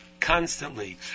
constantly